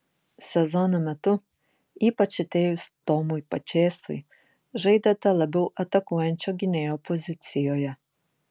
sezono metu ypač atėjus tomui pačėsui žaidėte labiau atakuojančio gynėjo pozicijoje